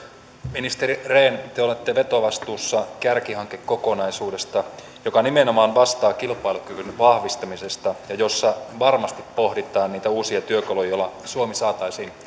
ministeri rehn te te olette vetovastuussa kärkihankekokonaisuudesta joka nimenomaan vastaa kilpailukyvyn vahvistamisesta ja jossa varmasti pohditaan niitä uusia työkaluja joilla suomi saataisiin